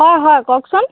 অ' হয় কওকচোন